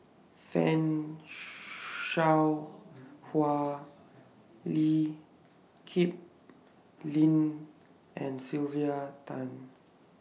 fan Shao Hua Lee Kip Lin and Sylvia Tan